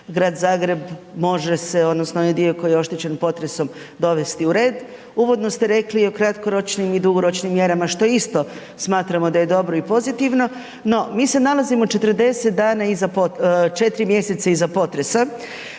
Grad Zagreb može se odnosno onaj dio koji je oštećen potresom dovesti u red. Uvodno ste rekli o kratkoročnim i dugoročnim mjerama, što isto smatramo da je dobro i pozitivno. No, mi se nalazimo 4 mjeseca iza potresa,